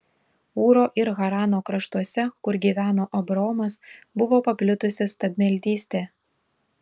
ūro ir harano kraštuose kur gyveno abraomas buvo paplitusi stabmeldystė